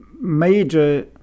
major